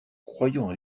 croyant